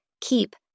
keep